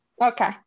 Okay